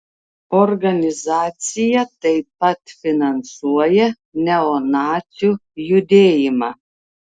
organizacija taip pat finansuoja neonacių judėjimą